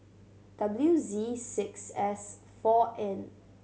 W Z six S four N